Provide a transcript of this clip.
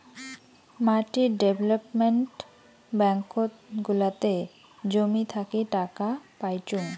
মাটি ডেভেলপমেন্ট ব্যাঙ্কত গুলাতে জমি থাকি টাকা পাইচুঙ